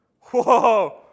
Whoa